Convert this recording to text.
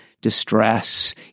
distress